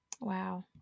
Wow